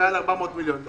מעל 400 מיליון.